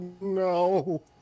no